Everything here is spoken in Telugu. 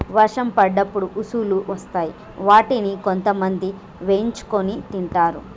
వర్షం పడ్డప్పుడు ఉసుల్లు వస్తాయ్ వాటిని కొంతమంది వేయించుకొని తింటరు